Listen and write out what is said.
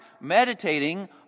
meditating